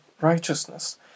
righteousness